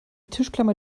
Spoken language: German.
tischklammer